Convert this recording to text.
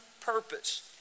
purpose